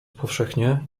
powszechnie